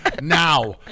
now